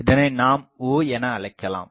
இதனை நாம் O எனஅழைக்கலாம்